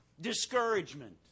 Discouragement